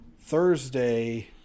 Thursday